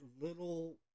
little